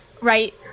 right